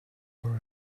were